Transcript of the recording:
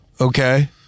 Okay